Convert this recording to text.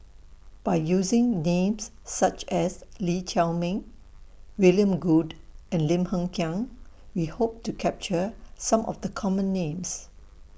By using Names such as Lee Chiaw Meng William Goode and Lim Hng Kiang We Hope to capture Some of The Common Names